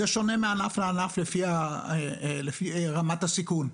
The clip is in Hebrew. זה שונה מענף לענף לפי רמת הסיכון.